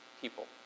people